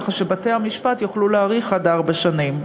ככה שבתי-המשפט יוכלו להאריך עד ארבע שנים.